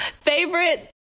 favorite